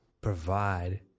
provide